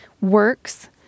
works